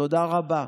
תודה רבה.